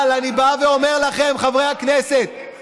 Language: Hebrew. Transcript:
אבל אני אומר לכם, חברי הכנסת,